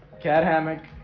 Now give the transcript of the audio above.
cat hammock